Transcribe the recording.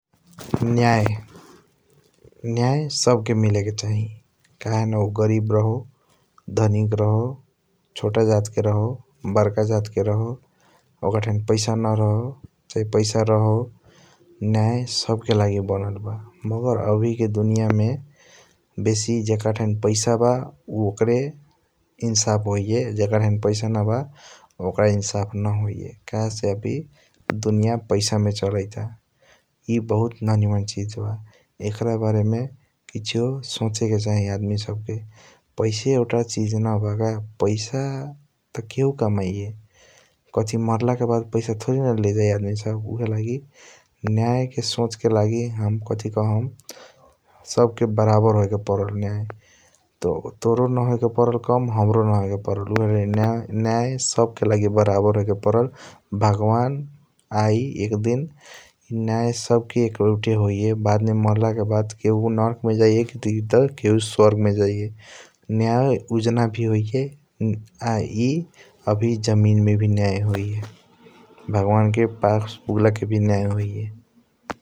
नया नया सब के मिले के चाही कहेन उ गरीब रहो धनिक रहो छोटा जात के रहो बरका जात के रहो ओकर थाई पैसा नरहों चाहे पैसा रहो । नया सब के लागि बनल बा मगर आवी के दुनीया मे बेसी जकरा थाई पैसा बा उ ओकारे इंसाफ होइया जकरा थाई पैसा नब ओकरा इंसाफ न होइया । कहेसे आवी दुनिया पैसा मे चलाइट ता ई बहुत ननीमन चीज बा एकर बरेमे किसियों सोचएके चाही आदमी सब के पैसा एउटा चीज न बाका पैसा त केहु कमैया । कथी मरला के बाद पैसा थोरी न लेजाई आदमी सब ऊहएलगी नया के सोच के लागि हम कथी काहम्म सब के बराबर होयके परलख नया तोरो न होयके पराल कम हाम्रो न होयके परल ऊहएलगी । नया सब के लागि बराबर होयके परलख भगवान आई एकदीन नया सब के एउटा होइया बदमे मरला के बाद केहु नर्ख मे जाइया त केहु सोआगर मे जाइया नया उजना वी होइया आ ई अवि जमीन मे वी नया होइया । भगवान के पास पुआगला के वी नया होइया ।